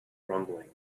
rumbling